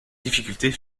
difficultés